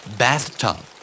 bathtub